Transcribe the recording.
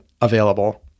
available